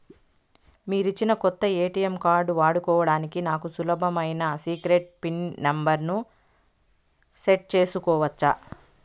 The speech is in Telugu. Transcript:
మీరిచ్చిన కొత్త ఎ.టి.ఎం కార్డు వాడుకోవడానికి నాకు సులభమైన సీక్రెట్ పిన్ నెంబర్ ను సెట్ సేసుకోవచ్చా?